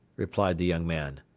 replied the young man.